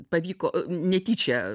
pavyko a netyčia